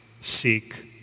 seek